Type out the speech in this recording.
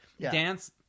Dance